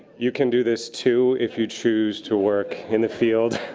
you can do this too if you choose to work in the field